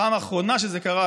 הפעם האחרונה שזה קרה,